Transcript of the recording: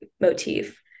motif